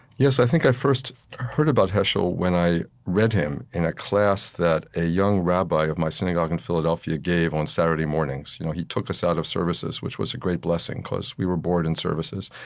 yes, i think i first heard about heschel when i read him in a class that a young rabbi of my synagogue in philadelphia gave on saturday mornings. you know he took us out of services, which was a great blessing, because we were bored in services.